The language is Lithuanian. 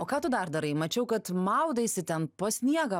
o ką tu dar darai mačiau kad maudaisi ten po sniegą